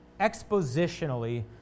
expositionally